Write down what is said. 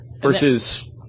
versus